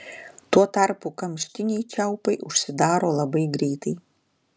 tuo tarpu kamštiniai čiaupai užsidaro labai greitai